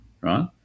right